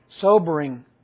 sobering